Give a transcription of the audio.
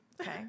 okay